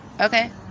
Okay